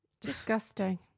Disgusting